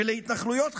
ולהתנחלויות חדשות,